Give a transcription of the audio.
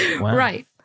Right